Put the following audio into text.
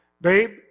babe